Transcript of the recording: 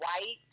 White